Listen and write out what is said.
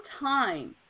time